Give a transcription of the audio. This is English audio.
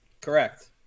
Correct